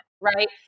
right